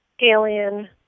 Alien